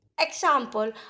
Example